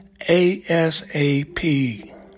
ASAP